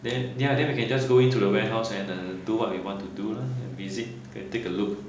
then ya then we can just go into the warehouse and uh and do what we want to do lah can visit can take a look